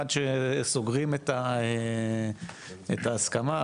עד שסוגרים את ההסכמה,